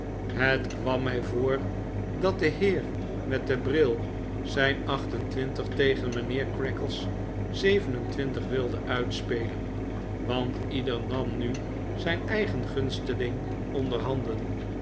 het kwam mij voor dat de heer met den bril zijn acht en twintig tegen mijnheer creakle's zeven en twintig wilde uitspelen want ieder nam nu zijn eigen gunsteling onder